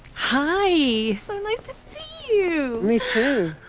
hi. so nice to see you. me too.